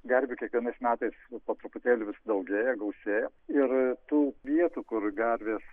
gervių kiekvienais metais po truputėlį vis daugėja gausėja ir tų vietų kur gervės